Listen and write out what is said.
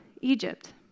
Egypt